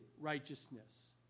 righteousness